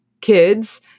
kids